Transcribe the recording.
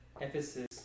Ephesus